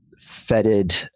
fetid